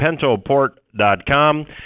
pentoport.com